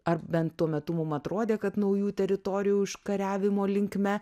ar bent tuo metu mum atrodė kad naujų teritorijų užkariavimo linkme